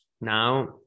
now